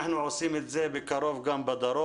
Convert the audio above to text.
אנחנו עושים את זה בקרוב גם בדרום,